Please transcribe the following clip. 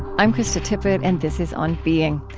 i'm krista tippett, and this is on being.